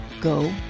go